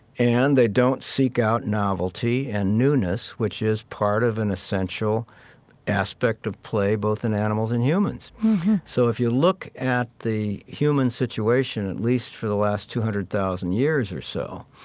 and they don't seek out novelty and newness, which is part of an essential aspect of play, both in animals and humans so if you look at the human situation, at least for the last two hundred thousand years or so,